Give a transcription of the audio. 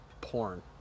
porn